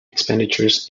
expenditures